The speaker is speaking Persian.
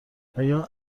آیا